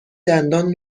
دندان